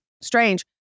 strange